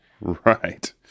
Right